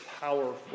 powerful